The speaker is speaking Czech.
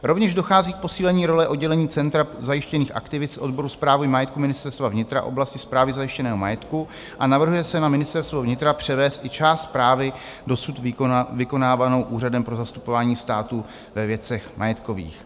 Rovněž dochází k posílení role oddělení Centra zajištěných aktivit z odboru správy majetku Ministerstva vnitra, oblasti správy zajištěného majetku, a navrhuje se na Ministerstvo vnitra převést i část správy dosud vykonávané Úřadem pro zastupování státu ve věcech majetkových.